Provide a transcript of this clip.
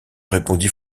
répondit